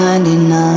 99